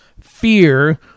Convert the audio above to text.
fear